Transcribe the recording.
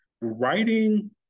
Writing